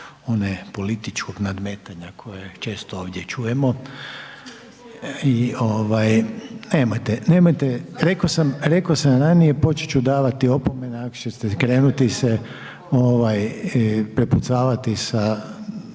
one političkog nadmetanja koje često ovdje čujemo. I ovaj, nemojte, nemojte, rekao sam, rekao sam ranije, počet ću davati opomene ako ćete krenuti se prepucavati sa